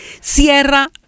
Cierra